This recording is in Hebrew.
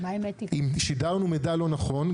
אם שידרנו מידע לא נכון,